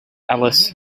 ellis